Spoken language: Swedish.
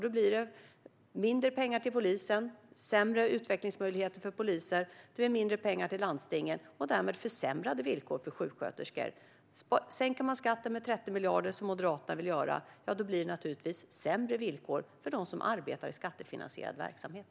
Då blir det mindre pengar till polisen, sämre utvecklingsmöjligheter för poliser, mindre pengar till landstingen och därmed försämrade villkor för sjuksköterskor. Sänker man skatten med 30 miljarder, som Moderaterna vill göra, blir det naturligtvis sämre villkor för dem som arbetar i skattefinansierad verksamhet.